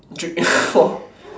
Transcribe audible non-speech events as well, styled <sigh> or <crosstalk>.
drink <noise> !wah!